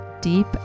deep